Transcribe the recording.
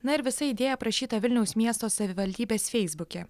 na ir visa idėja aprašyta vilniaus miesto savivaldybės feisbuke